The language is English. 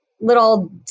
little